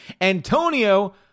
Antonio